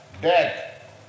death